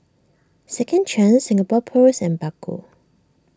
Second Chance Singapore Post and Baggu